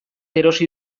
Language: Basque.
erosi